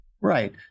Right